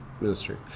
ministry